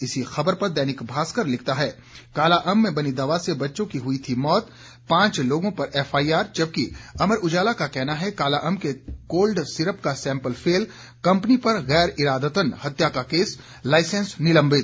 इसी खबर पर दैनिक भास्कर लिखता है कालाअंब में बनी दवा से बच्चों की हुई थी मौत पांच लोगों पर एफआईआर जबकि अमर उजाला का कहना है कालाअंब के कोल्ड सिरप का सेंपल फेल कंपनी पर गैर इरादतन हत्या का केस लाइसेंस निलंबित